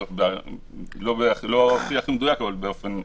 זה לא הכי מדויק, אבל באופן רחב.